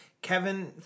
Kevin